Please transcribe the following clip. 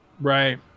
Right